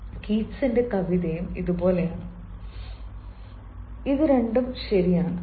കീറ്റ്സിന്റെ കവിതയും ഇതുപോലെയാണ് ഇതിൽ രണ്ടും ശരിയാണ്